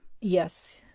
Yes